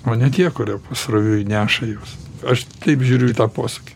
o ne tie kurie pasroviui neša juos aš taip žiūriu į tą posakį